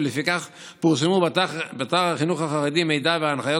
ולפיכך פורסמו באתר החינוך החרדי מידע והנחיות